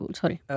sorry